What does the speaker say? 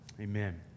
amen